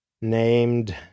named